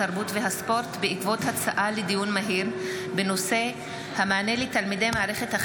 התרבות והספורט בעקבות דיון מהיר בהצעתם של